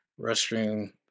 Restroom